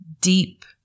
deep